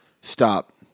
Stop